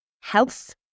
health